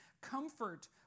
comfort